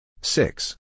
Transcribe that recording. six